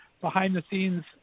behind-the-scenes